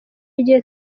igihe